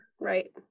Right